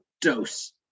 dose